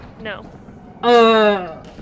No